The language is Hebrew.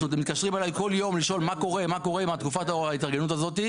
הם מתקשרים אלי כל יום לשאול מה קורה עם תקופת ההתארגנות הזאת.